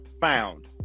found